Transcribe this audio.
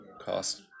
cost